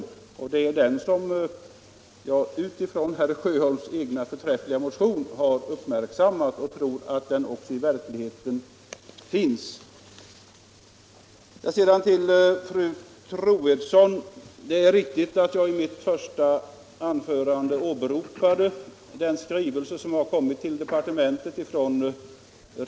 Den risken har jag genom herr Sjöholms egen förträffliga motion uppmärksammat, och jag tror att den i verkligheten också finns. Sedan till fru Troedsson. Det är riktigt att jag i mitt första anförande åberopade riksskatteverkets skrivelse till departementet.